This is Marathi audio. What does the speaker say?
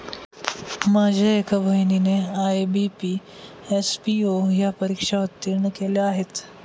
माझ्या एका बहिणीने आय.बी.पी, एस.पी.ओ या परीक्षा उत्तीर्ण केल्या आहेत